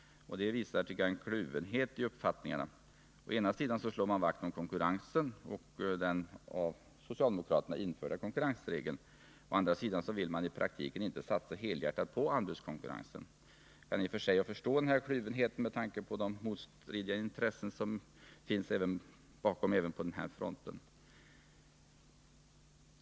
Det visar, tycker jag, en kluvenhet i uppfattningarna. Å ena sidan slår man vakt om konkurrensen och den av socialdemokraterna införda konkurrensregeln, å andra sidan vill man i praktiken inte satsa helhjärtat på en anbudskonkurrens. Jag kan i och för sig förstå denna kluvenhet med tanke på de motstridiga intressen som finns i bakgrunden även på den fronten.